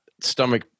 stomach